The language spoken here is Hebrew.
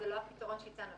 זה לא הפתרון שהצענו.